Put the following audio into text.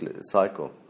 cycle